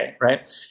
right